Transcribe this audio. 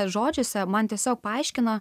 žodžiuose man tiesiog paaiškina